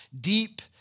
deep